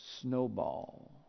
Snowball